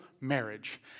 marriage